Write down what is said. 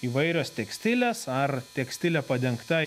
įvairios tekstilės ar tekstilė padengta